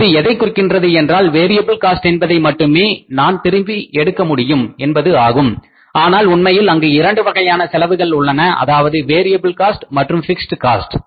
இது எதைக் குறிக்கிறது என்றால் வேரியபுள் காஸ்ட் என்பதை மட்டுமே நான் திருப்பி எடுக்க முடியும் என்பது ஆகும் ஆனால் உண்மையில் அங்கு இரண்டு வகையான செலவுகள் உள்ளன அதாவது வேரியபுள் காஸ்ட் மற்றும் பிக்ஸ்ட் காஸ்ட்